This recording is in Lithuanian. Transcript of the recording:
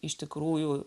iš tikrųjų